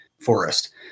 forest